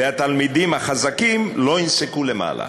והתלמידים החזקים לא ינסקו למעלה.